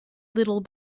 little